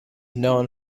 known